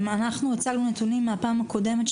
אנחנו הצגנו נתונים מן הפעם הקודמת,